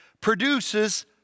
produces